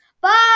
Bye